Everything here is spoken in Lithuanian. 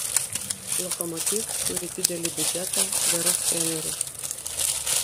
lokomotiv turi didelį biudžetą gerus trenerius